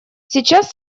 сейчас